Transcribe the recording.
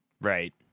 Right